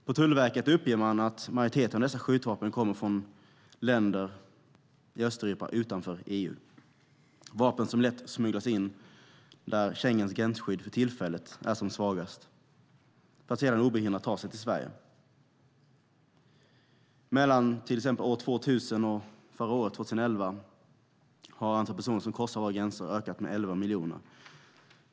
På Tullverket uppger man att majoriteten av dessa skjutvapen kommer från länder i Östeuropa utanför EU. Det är vapen som lätt smugglas in där Schengens gränsskydd för tillfället är som svagast och sedan obehindrat kan tas till Sverige. Mellan till exempel år 2000 och förra året, år 2011, har antalet personer som korsar våra gränser ökat med 11 miljoner.